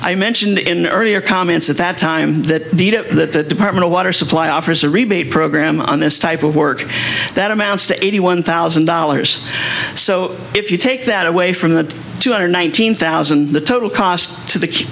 i mentioned in earlier comments at that time that the to department of water supply offers a rebate program on this type of work that amounts to eighty one thousand dollars so if you take that away from the two hundred nineteen thousand the total cost to the key